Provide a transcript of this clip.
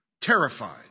terrified